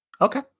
Okay